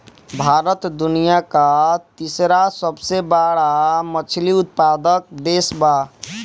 भारत दुनिया का तीसरा सबसे बड़ा मछली उत्पादक देश बा